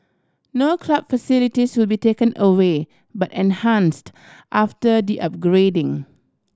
no club facilities will be taken away but enhanced after the upgrading